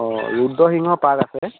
অঁ ৰুদ্ৰসিংহ পাৰ্ক আছে